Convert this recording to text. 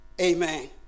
Amen